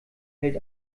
hält